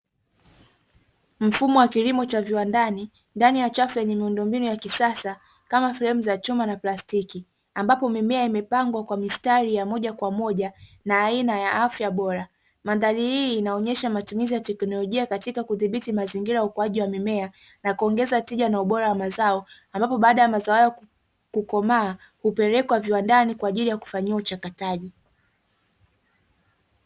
Mfumo wa kilimo cha viwandani ndani ya chafu yenye miundombinu ya kisasa kama fremi za chuma na plastiki, ambapo mimea imepangwa kwa mistari ya moja kwa moja na aina ya afya bora. Mandhari hii inaonyesha matumizi ya teknolojia katika kudhibiti mazingira ya ukuaji wa mimea, na kuongeza tija na ubora wa mazao ambapo baada ya mazao hayo kukomaa hupelekwa viwandani kwa ajili ya kufanyiwa uchakataji.